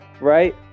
right